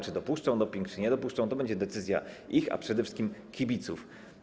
Czy dopuszczą doping, czy nie dopuszczą, to będzie ich decyzja, a przede wszystkim kibiców.